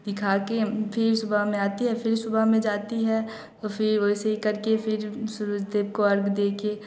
दिखाकर फ़िर सुबह में आती है फ़िर सुबह में जाती है तो फ़िर वैसे करके फ़िर सूरज देव को अरग देकर